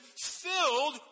filled